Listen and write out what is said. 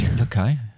Okay